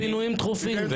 על פינויים דחופים.